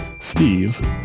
Steve